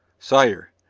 sire,